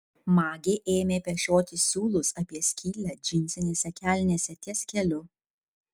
magė ėmė pešioti siūlus apie skylę džinsinėse kelnėse ties keliu